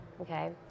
Okay